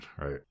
right